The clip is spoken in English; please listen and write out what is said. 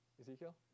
Ezekiel